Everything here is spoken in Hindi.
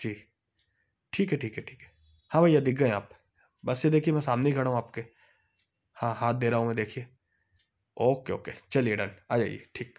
जी ठीक है ठीक है ठीक है हाँ भइया दिख गए आप बस ये देखिए मैं सामने ही खड़ा हूँ आपके हाँ हाथ दे रहा हूँ मैं देखिए ओ के ओ के चलिए डन आ जाइए ठीक